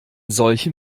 solchen